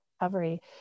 recovery